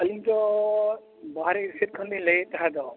ᱟᱹᱞᱤᱧ ᱫᱚ ᱵᱟᱦᱨᱮ ᱥᱮᱫ ᱠᱷᱚᱱ ᱞᱤᱧ ᱞᱟᱹᱭᱮᱫ ᱛᱟᱦᱮᱸ ᱫᱚᱜ